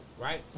right